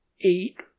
Eight